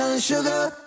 sugar